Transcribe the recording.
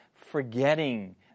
forgetting